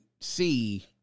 see